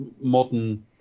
modern